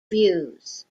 views